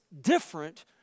different